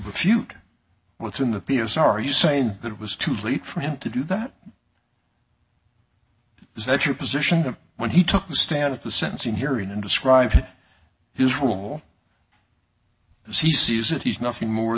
refute what's in the p s are you saying that it was too late for him to do that is that your position that when he took the stand at the sentencing hearing and described his rule as he sees it he's nothing more